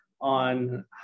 on